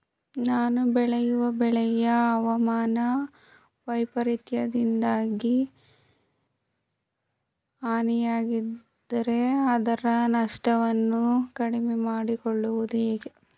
ನಾನು ಬೆಳೆಯುವ ಬೆಳೆಯು ಹವಾಮಾನ ವೈಫರಿತ್ಯದಿಂದಾಗಿ ಹಾನಿಯಾದರೆ ಅದರ ನಷ್ಟವನ್ನು ಕಡಿಮೆ ಮಾಡಿಕೊಳ್ಳುವುದು ಹೇಗೆ?